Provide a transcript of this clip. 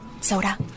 soda